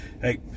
hey